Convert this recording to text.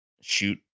shoot